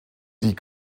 die